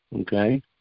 okay